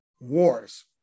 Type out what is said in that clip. Wars